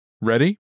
Ready